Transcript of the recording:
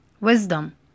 Wisdom